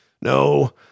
No